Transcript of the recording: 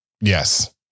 Yes